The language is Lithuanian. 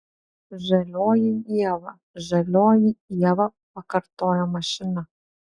žalioji ieva žalioji ieva pakartojo mašina